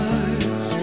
eyes